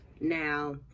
now